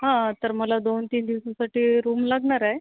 हा तर मला दोन तीन दिवसासाठी रूम लागणार आहे